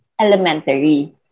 elementary